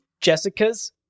Jessica's